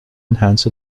enhance